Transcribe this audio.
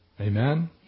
Amen